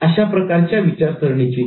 का अशा प्रकारच्या विचारसरणीची